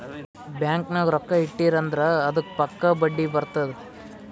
bank ನಾಗ್ ರೊಕ್ಕಾ ಇಟ್ಟಿರಿ ಅಂದುರ್ ಅದ್ದುಕ್ ಪಕ್ಕಾ ಬಡ್ಡಿ ಬರ್ತುದ್